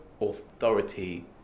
authority